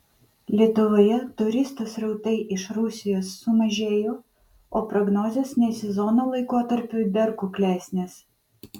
lietuvoje turistų srautai iš rusijos sumažėjo o prognozės ne sezono laikotarpiui dar kuklesnės